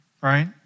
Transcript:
right